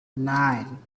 nine